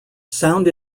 sound